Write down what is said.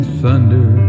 thunder